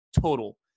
total